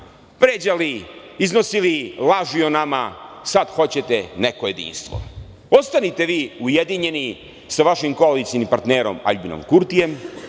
vređali, iznosili laži o nama, sada hoćete neko jedinstvo. Ostanite vi ujedinjeni sa vašim koalicionim partnerom Aljbinom Kurtijem,